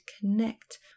connect